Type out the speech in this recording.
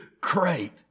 great